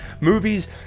movies